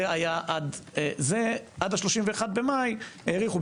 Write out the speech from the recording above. זה עד 31.5 האריכו,